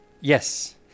Yes